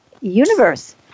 universe